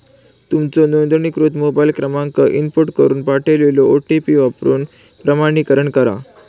तुमचो नोंदणीकृत मोबाईल क्रमांक इनपुट करून पाठवलेलो ओ.टी.पी वापरून प्रमाणीकरण करा